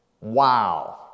Wow